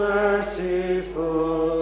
merciful